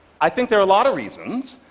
i think there are a lot of reasons,